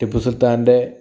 Tipu സുൽത്താൻ്റെ